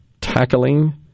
tackling